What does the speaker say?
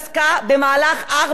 השר לעתיד אמנון כהן,